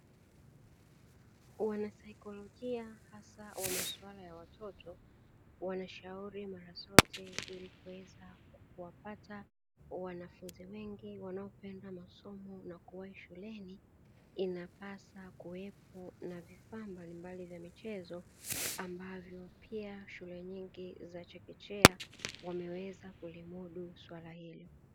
Wanasaikolojia hasa wa maswala ya watoto wanashauri mara zote ili kuweza kuwapata wanafunzi wengi wanaopenda masomo na kuwai shuleni inapasa kuwepo na vifaa mbalimbali vya michezo ambavyo pia shule nyingi za chekechea wanaweza kulimudu swala hili.